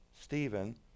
Stephen